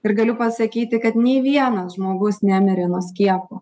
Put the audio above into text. ir galiu pasakyti kad nei vienas žmogus nemirė nuo skiepo